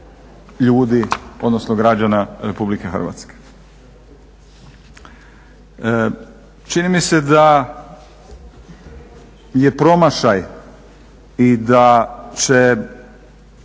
ljudi odnosno građana RH. Čini mi se da je promašaj i da će